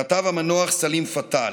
כתב המנוח סלים פתאל: